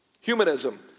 Humanism